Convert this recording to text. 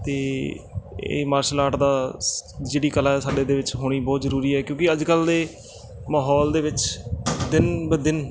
ਅਤੇ ਇਹ martial art ਦਾ ਸ ਜਿਹੜੀ ਕਲਾ ਸਾਡੇ ਦੇ ਵਿੱਚ ਹੋਣੀ ਬਹੁਤ ਜ਼ਰੂਰੀ ਹੈ ਕਿਉਂਕਿ ਅੱਜ ਕੱਲ੍ਹ ਦੇ ਮਾਹੌਲ ਦੇ ਵਿੱਚ ਦਿਨ ਬ ਦਿਨ